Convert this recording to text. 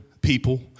people